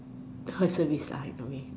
her service lah in a way